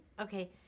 Okay